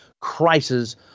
crisis